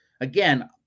again